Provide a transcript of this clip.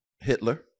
Hitler